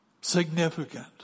significant